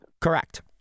Correct